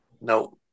No